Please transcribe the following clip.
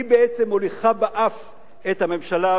היא בעצם מוליכה באף את הממשלה,